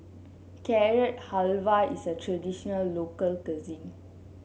Carrot Halwa is a traditional local cuisine